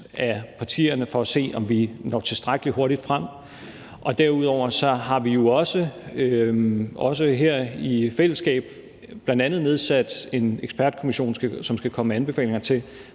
af partierne for at se, om vi når tilstrækkelig hurtigt frem. Derudover har vi jo også her i fællesskab bl.a. nedsat en ekspertkommission, som skal komme med anbefalinger til,